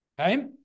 Okay